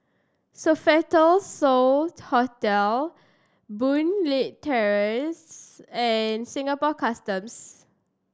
Sofitel So Hotel Boon Leat Terrace and Singapore Customs